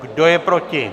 Kdo je proti?